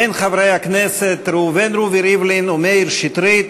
בין חברי הכנסת ראובן רובי ריבלין ומאיר שטרית.